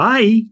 Bye